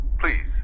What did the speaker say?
Please